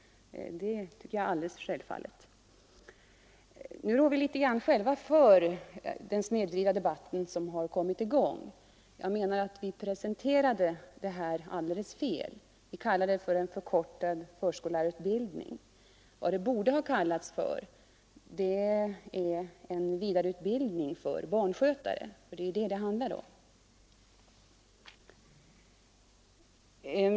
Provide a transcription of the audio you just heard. Nu rår vi kanske själva litet för den snedvridna debatt som kommit i gång. Vi presenterade nog saken fel. Vi kallade den en förkortad förskollärarutbildning. Vi borde ha kallat den en vidareutbildning för barnskötare, för det är vad det handlar om.